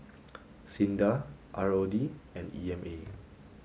SINDA ROD and E M A